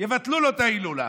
יבטלו את ההילולה.